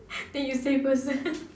then you say first